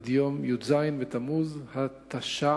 עד יום י"ז בתמוז התש"ע,